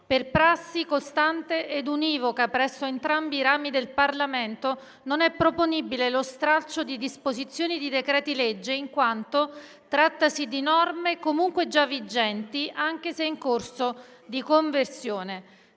Per prassi costante ed univoca presso entrambi i rami del Parlamento non è proponibile lo stralcio di disposizioni di decreti-legge in quanto trattasi di norme comunque già vigenti, anche se in corso di conversione.